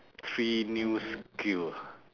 three new skill ah